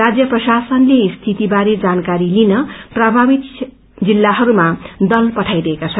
राज्य प्रशासनले स्थिति बारे जानकारी लिन प्रथावित जिल्लाहरूमा दल पठाइरहेका छन्